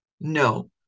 No